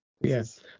Yes